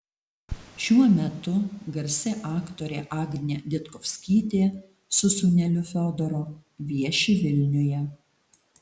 šiuo metu garsi aktorė agnė ditkovskytė su sūneliu fiodoru vieši vilniuje